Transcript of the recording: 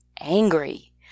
angry